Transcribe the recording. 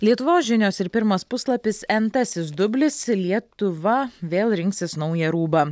lietuvos žinios ir pirmas puslapis entasis dublis lietuva vėl rinksis naują rūbą